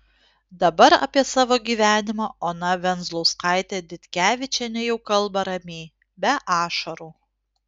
dabar apie savo gyvenimą ona venzlauskaitė ditkevičienė jau kalba ramiai be ašarų